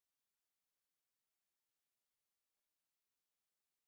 teach Singaporean students one lesson what would it be